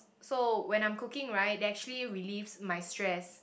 so when I'm cooking right they actually relieves my stress